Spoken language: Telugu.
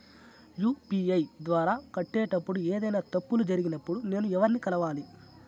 యు.పి.ఐ ద్వారా కట్టేటప్పుడు ఏదైనా తప్పులు జరిగినప్పుడు నేను ఎవర్ని కలవాలి?